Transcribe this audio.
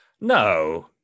no